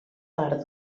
part